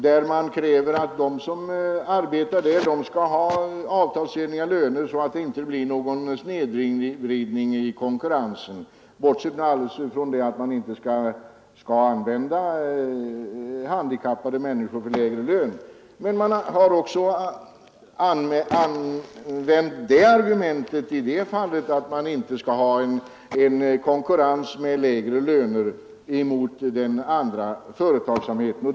Det har krävts att de som arbetar där skall ha avtalsenliga löner, så att det inte blir någon snedvridning i konkurrensen — alldeles bortsett från att handikappade människor inte skall användas i arbete för lägre lön än andra. Man har i det fallet också använt argumentet, att det inte skall vara en konkurrens med lägre löner gentemot den övriga företagsamheten.